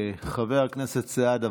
חבר הכנסת סעדה,